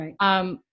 Right